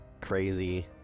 crazy